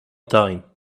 time